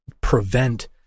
prevent